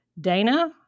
Dana